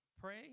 Pray